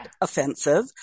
offensive